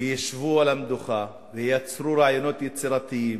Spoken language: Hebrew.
ישבו על המדוכה וייצרו רעיונות יצירתיים